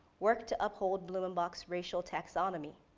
worked to uphold blumenbach's racial taxonomy.